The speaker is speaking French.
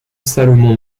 salomon